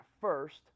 first